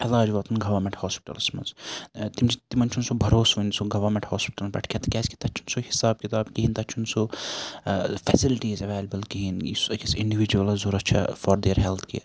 علاج واتُن government hospitals مَنٛز تِم چھِ تِمَن چھُنہٕ سُہ بَروس سُہ گَوَمیٚنٹ ہوسپِٹَلَن پیٹھ کینٛہہ تکیازِ تَتہِ چھُنہٕ سُہ حِساب کِتاب کِہیٖنۍ تَتہِ چھُنہٕ سُہ فیسَلتیٖز ایویلیبٕل کِہیٖنۍ یُس أکِس اِنڈِوِجوَلَس ضوٚرَتھ چھُ فار دِیَر ہیٚلتھ کیر